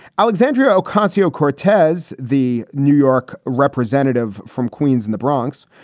alexandra ocasio cortez, the new york representative from queens in the bronx,